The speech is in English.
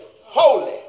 holy